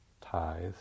tithes